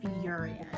furious